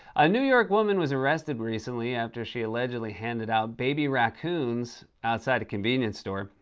a new york woman was arrested recently after she allegedly handed out baby raccoons outside a convenience store.